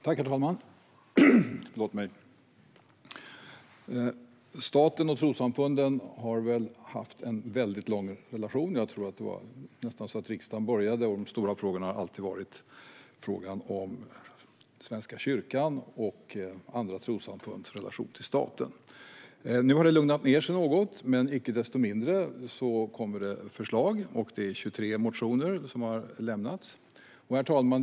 Herr talman! Staten och trossamfunden har haft en väldigt lång relation. Jag tror att det har varit en stor fråga nästan sedan riksdagen började. Den stora frågan har alltid varit frågan om Svenska kyrkans och andra trossamfunds relation till staten. Nu har det lugnat ned sig något, men icke desto mindre kommer det förslag. Det har kommit 23 motionsyrkanden. Herr talman!